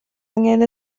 angen